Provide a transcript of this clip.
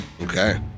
Okay